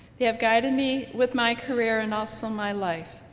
they have guided me with my career and also my life.